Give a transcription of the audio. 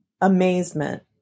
amazement